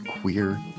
Queer